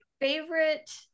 Favorite